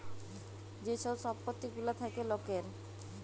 যে ছব সম্পত্তি গুলা থ্যাকে লকের